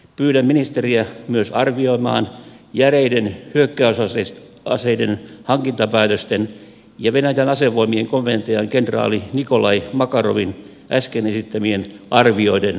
pyydän ministeriä myös arvioimaan järeiden hyökkäysaseiden hankintapäätösten ja venäjän asevoimien komentajan kenraali nikolai makarovin äsken esittämien arvioiden yhteyttä